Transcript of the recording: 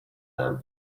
them